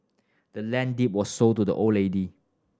the land deed was sold to the old lady